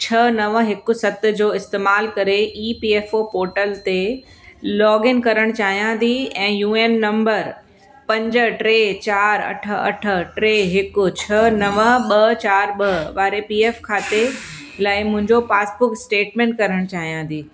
छह नव हिकु सत जो इस्तेमाल करे E P F O portal ते लॉगइन करणु चाहियां थी ऐं यू एन नम्बर पंज टे चारि अठ अठ टे हिकु छह नव ॿ चारि ॿ वारे पी एफ खाते लाइ मुंहिंजो पासबुक स्टेटमेंट करणु चाहियां ती